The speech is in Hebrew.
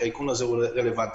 שהאיכון הזה הוא רלוונטי.